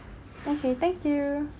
okay thank you